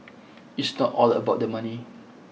it's not all about the money